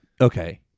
Okay